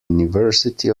university